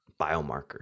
biomarkers